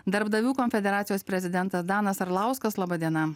darbdavių konfederacijos prezidentas danas arlauskas laba diena